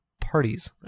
parties